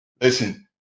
listen